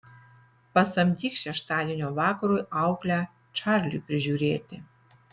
pasamdyk šeštadienio vakarui auklę čarliui prižiūrėti